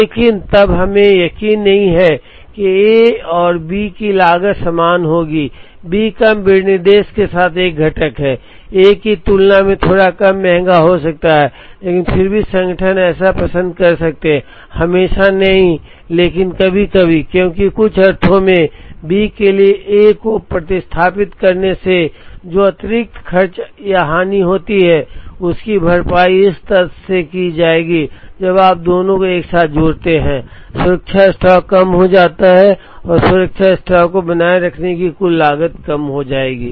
लेकिन तब हमें यकीन नहीं है कि ए और बी की लागत समान होगी बी कम विनिर्देश के साथ एक घटक है ए की तुलना में थोड़ा कम महंगा हो सकता है लेकिन फिर भी संगठन ऐसा करना पसंद कर सकते हैं हमेशा नहीं लेकिन कभी कभी क्योंकि कुछ अर्थों में B के लिए A को प्रतिस्थापित करने से जो अतिरिक्त खर्च या हानि होती है उसकी भरपाई इस तथ्य से की जाएगी कि जब आप दोनों को एक साथ जोड़ते हैं तो सुरक्षा स्टॉक कम हो जाता है और सुरक्षा स्टॉक को बनाए रखने की कुल लागत कम हो जाएगी